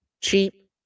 cheap